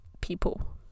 people